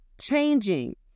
changing